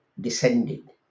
descended